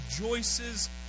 rejoices